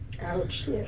Ouch